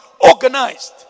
organized